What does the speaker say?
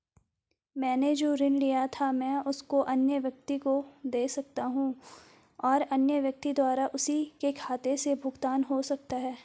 मैंने जो ऋण लिया था उसको मैं अन्य व्यक्ति को दें सकता हूँ और अन्य व्यक्ति द्वारा उसी के खाते से भुगतान हो सकता है?